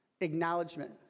acknowledgement